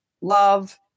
Love